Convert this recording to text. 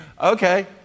Okay